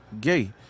gay